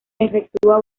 efectúa